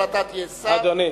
אבל אתה תהיה שר,